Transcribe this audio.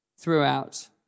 throughout